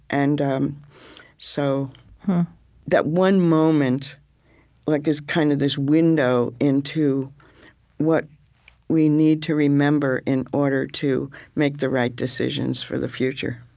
and um so that one moment like is kind of this window into what we need to remember in order to make the right decisions for the future